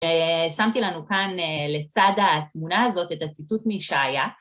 שמתי לנו כאן לצד התמונה הזאת את הציטוט מישעיה.